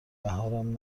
بهارم